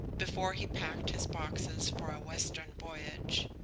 before he packed his boxes for a western voyage.